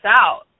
out